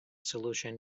solution